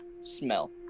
smell